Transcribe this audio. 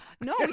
No